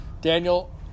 Daniel